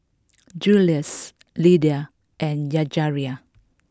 Juluis Lyda and Yajaira